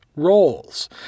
roles